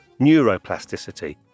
neuroplasticity